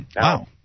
Wow